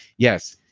yes,